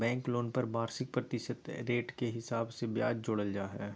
bank loan पर वार्षिक प्रतिशत रेट के हिसाब से ब्याज जोड़ल जा हय